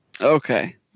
Okay